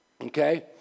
okay